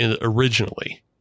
originally